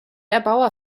erbauer